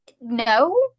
No